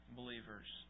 believers